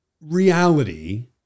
reality